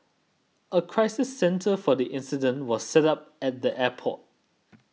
a crisis centre for the incident was set up at the airport